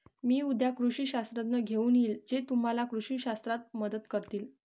मी उद्या कृषी शास्त्रज्ञ घेऊन येईन जे तुम्हाला कृषी शास्त्रात मदत करतील